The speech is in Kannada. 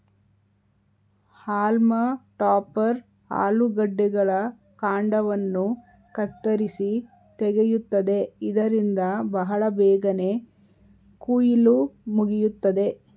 ಹಾಲ್ಮ ಟಾಪರ್ ಆಲೂಗಡ್ಡೆಗಳ ಕಾಂಡವನ್ನು ಕತ್ತರಿಸಿ ತೆಗೆಯುತ್ತದೆ ಇದರಿಂದ ಬಹಳ ಬೇಗನೆ ಕುಯಿಲು ಮುಗಿಯುತ್ತದೆ